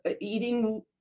eating